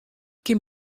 kin